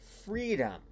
freedom